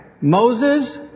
Moses